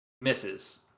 Misses